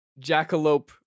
jackalope